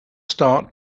start